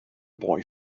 boy